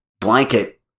blanket